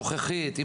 הנוכחית,